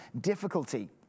difficulty